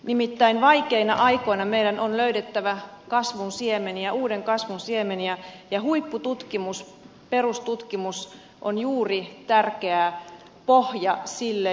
nimittäin vaikeina aikoina meidän on löydettävä uuden kasvun siemeniä ja huippututkimus perustutkimus on juuri tärkeä pohja sille